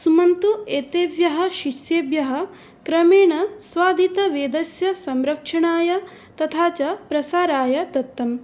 सुमन्तुः एतेभ्यः शिष्येभ्यः क्रमेण स्वाधीतवेदस्य संरक्षणाय तथा च प्रसाराय दत्तम्